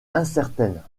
incertaines